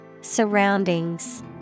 Surroundings